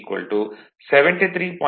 75 73